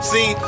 See